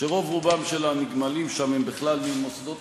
שרוב-רובם של הנגמלים שם הם בכלל ממוסדות